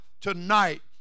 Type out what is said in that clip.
tonight